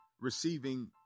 receiving